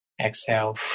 Exhale